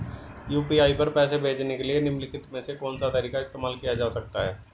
UPI पर पैसे भेजने के लिए निम्नलिखित में से कौन सा तरीका इस्तेमाल किया जा सकता है?